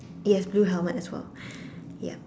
yes blue helmet as well yep